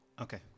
Okay